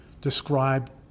describe